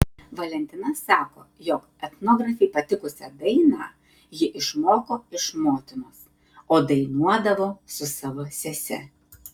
valentina sako jog etnografei patikusią dainą ji išmoko iš motinos o dainuodavo su savo sese